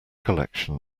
collection